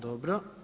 Dobro.